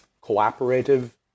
cooperative